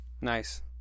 Nice